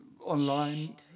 Online